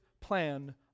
plan